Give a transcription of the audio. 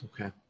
Okay